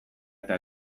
eta